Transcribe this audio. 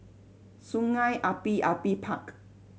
Sungei Api Api Park